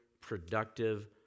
productive